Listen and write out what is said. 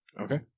Okay